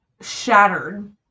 shattered